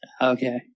Okay